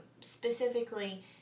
specifically